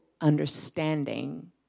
understanding